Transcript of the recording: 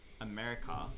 America